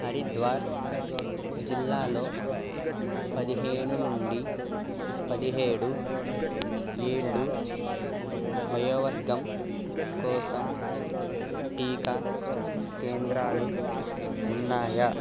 హరిద్వార్ జిల్లాలో పేమెంట్ పదిహేను నుండి పదిహేడు ఏళ్ళు వయోవర్గం కోసం టీకా కేంద్రాలు ఉన్నాయా